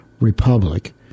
republic